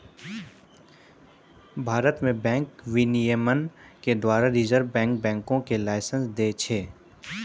भारत मे बैंक विनियमन के द्वारा रिजर्व बैंक बैंको के लाइसेंस दै छै